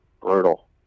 brutal